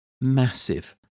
massive